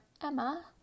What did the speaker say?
Emma